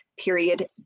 period